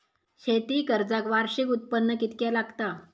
शेती कर्जाक वार्षिक उत्पन्न कितक्या लागता?